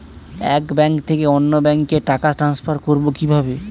এক ব্যাংক থেকে অন্য ব্যাংকে টাকা ট্রান্সফার করবো কিভাবে?